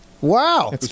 Wow